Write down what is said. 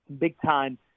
big-time